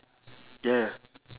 ya ya